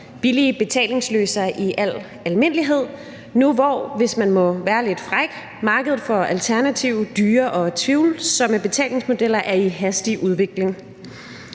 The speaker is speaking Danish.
billige betalingsløsninger i al almindelighed nu, hvor, hvis man må være lidt fræk, markedet for alternative, dyre og tvivlsomme betalingsmodeller er i hastig udvikling.